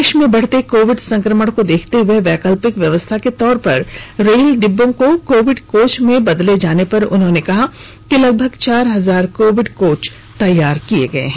देश में बढ़ते कोविड संक्रमण को देखते हए वैकल्पिक व्यवस्था के तौर पर रेल डिब्बों को कोविड कोच में बदले जाने पर उन्होंने कहा कि लगभग चार हजार कोविड कोच तैयार किए गए हैं